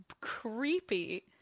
creepy